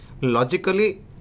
Logically